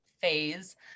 phase